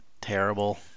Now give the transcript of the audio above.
Terrible